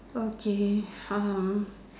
okay